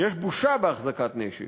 יש בושה בהחזקת נשק.